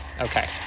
Okay